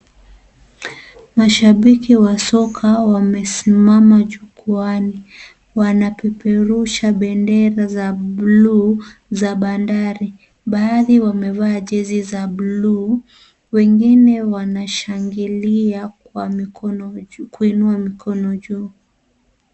Mashabiki wa soka wamesimama jukwaani, wanapepurusha bendera za buluu za bandari baadhi wamevaa jezi za buluu wengine wanashangilia kwa kuinua mikono juu.